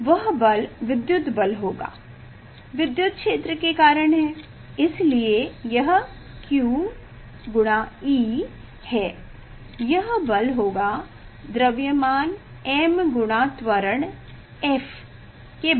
वह बल विद्युत बल होगा विद्युत क्षेत्र के कारण है इसलिए यह q E है और यह बल होगा द्रव्यमान m गुना त्वरण f